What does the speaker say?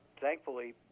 Thankfully